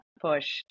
push